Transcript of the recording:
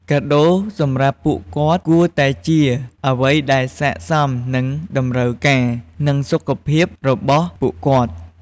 កាដូរសម្រាប់ពួកគាត់គួរតែជាអ្វីដែលស័ក្តិសមនឹងតម្រូវការ និងសុខភាពរបស់ពួកគាត់។